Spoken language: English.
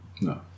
No